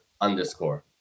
underscore